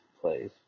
plays